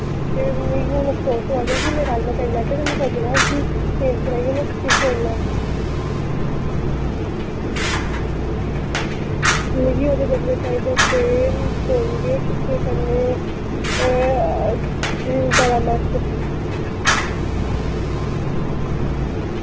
ते मिगी हून अफसोस होआ दी कि में राजमाह् की लैते ते में सोचे दा उसी चेंज कराइयै में कुछ होर लैं मिगी एह्दे बदले चाहिदा ते कोलगेट ते कन्नै दड़ा मर्च